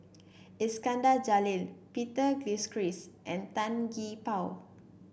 Iskandar Jalil Peter Gilchrist and Tan Gee Paw